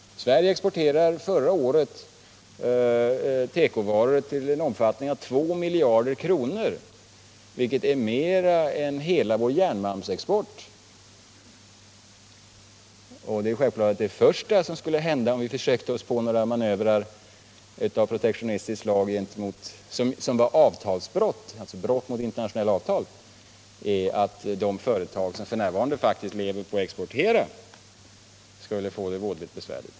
Sverige exporterade förra året tekovaror till en omfattning av 2 miljarder kronor, vilket är mer än hela vår järnmalmsexport. Det är självklart att det första som skulle hända, om vi försökte oss på några manövrer av protektionistiskt slag som var brott mot internationella avtal, vore att de företag som f. n. faktiskt lever på att exportera skulle få det vådligt besvärligt.